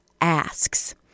asks